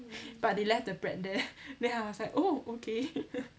but they left the bread there then I was like oh okay